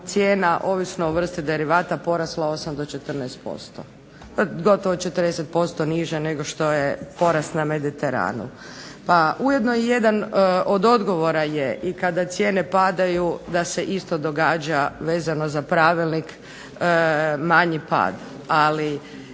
cijena, ovisno o vrsti derivata porasla 8 do 14%. Gotovo 40% niže nego što je porast na Mediteranu. Pa ujedno jedan od odgovora je da kada cijene padaju da se isto događa vezano za pravilnik manji pad,